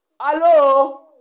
Hello